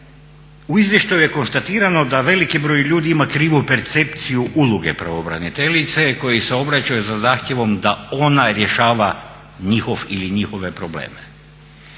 u izvještaju je konstatirano da veliki broj ljudi ima krivu percepciju uloge pravobraniteljice koji joj se obraćaju sa zahtjevom da oni rješava njihov ili njihove probleme.